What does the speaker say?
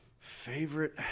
Favorite